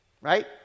Right